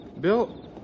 Bill